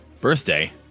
Birthday